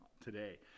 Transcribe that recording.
today